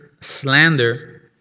slander